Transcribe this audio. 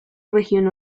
región